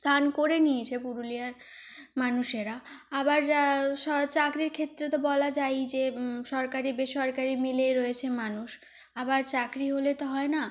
স্থান করে নিয়েছে পুরুলিয়ার মানুষেরা আবার যা চাকরির ক্ষেত্রে তো বলা যাইই যে সরকারি বেসরকারি মিলিয়েই রয়েছে মানুষ আবার চাকরি হলে তো হয় না